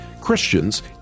Christians